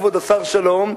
כבוד השר שלום,